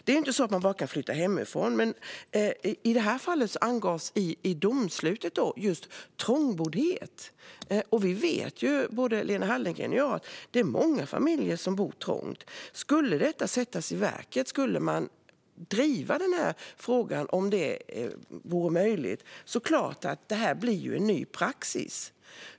Det är inte så att man bara kan flytta hemifrån, men i domslutet i det nämnda fallet angavs just trångboddhet. Både Lena Hallengren och jag vet att det är många familjer som bor trångt. Om detta skulle sättas i verket, om man skulle driva den här frågan om det vore möjligt, är det klart att det blir en ny praxis.